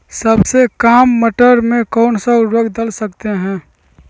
सबसे काम मटर में कौन सा ऊर्वरक दल सकते हैं?